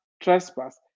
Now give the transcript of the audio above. trespass